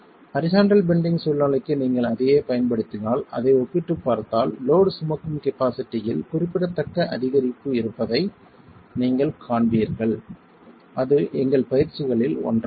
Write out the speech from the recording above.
horizontal bending சூழ்நிலைக்கு நீங்கள் அதையே பயன்படுத்தினால் அதை ஒப்பிட்டுப் பார்த்தால் லோட் சுமக்கும் கபாஸிட்டியில் குறிப்பிடத்தக்க அதிகரிப்பு இருப்பதை நீங்கள் காண்பீர்கள் அது எங்கள் பயிற்சிகளில் ஒன்றாகும்